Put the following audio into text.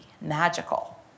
magical